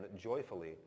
joyfully